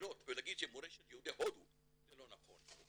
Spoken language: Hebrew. קהילות ולהגיד שמורשת יהודי הודו, זה לא נכון.